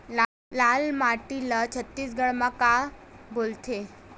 लाल माटी ला छत्तीसगढ़ी मा का बोलथे?